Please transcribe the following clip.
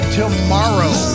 tomorrow